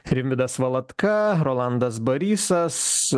rimvydas valatka rolandas barysas